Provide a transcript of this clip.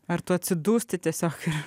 ar tu atsidūsti tiesiog